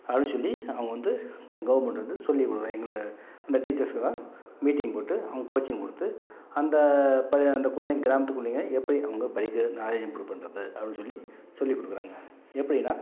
அப்படின்னு சொல்லி அவங்க வந்து க கவர்மெண்ட் வந்து சொல்லிக்கொடுக்க எங்களுக்கு அந்த டீச்சர்ஸுக்கெல்லாம் மீட்டிங் போட்டு அவங்க கோச்சிங் கொடுத்து அந்த பைய இந்த குழந்தைங்க கிராமத்து பிள்ளைங்க எப்படி அவங்க படிக்கிறது நாலேஜ் இம்ப்ரூவ் பண்றது அப்படின்னு சொல்லி சொல்லிக்கொடுக்குறாங்க எப்படின்னா